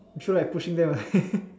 so like pushing them away